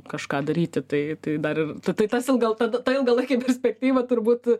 kažką daryti tai tai dar ir tai tas il gal tada ta ilgalaikė perspektyva turbūt